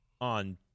on